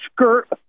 skirt